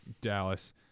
Dallas